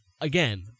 again